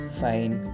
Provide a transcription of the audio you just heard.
fine